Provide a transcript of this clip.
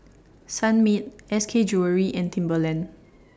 Sunmaid S K Jewellery and Timberland